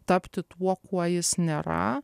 tapti tuo kuo jis nėra